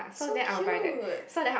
so cute